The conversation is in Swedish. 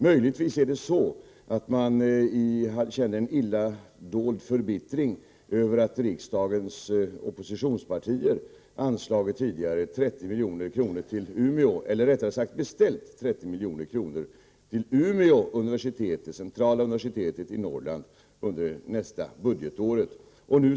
Man känner möjligen en illa dold förbittring över att riksdagens oppositionspartier tidigare har beställt 30 milj.kr. till Umeå universitet, det centrala universitetet i Norrland, under nästa budgetår.